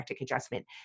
adjustment